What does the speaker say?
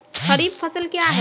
खरीफ फसल क्या हैं?